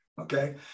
Okay